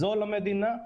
זול למדינה,